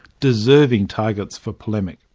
deserving targets for polemic.